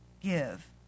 give